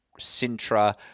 Sintra